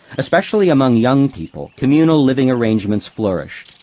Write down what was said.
especially among young people, communal living arrangements flourished.